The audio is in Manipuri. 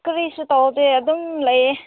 ꯀꯔꯤꯁꯨ ꯇꯧꯗꯦ ꯑꯗꯨꯝ ꯂꯩꯌꯦ